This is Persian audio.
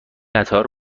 قطار